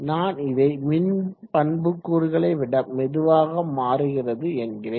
நான் இதை மின் பண்புக்கூறுகளை விட மெதுவாக மாறுகிறது என்கிறேன்